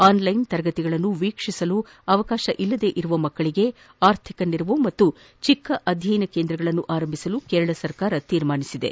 online ತರಗತಿಗಳನ್ನು ವಿಕ್ಷೀಸಲು ಅವಕಾಶವಿಲ್ಲದ ಮಕ್ಕಳಗೆ ಆರ್ಥಿಕ ನೆರವು ಮತ್ತು ಚಿಕ್ಕ ಅಧ್ವಯನ ಕೇಂದ್ರಗಳನ್ನು ಆರಂಭಿಸಲು ಕೇರಳ ಸರ್ಕಾರ ನಿರ್ಧರಿಸಿದೆ